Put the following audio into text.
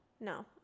no